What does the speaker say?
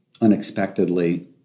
unexpectedly